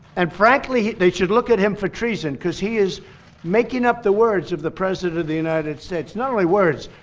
and frankly, they should look at him for treason because he is making up the words of the president of the united states not only words,